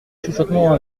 chuchotement